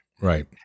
Right